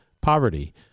poverty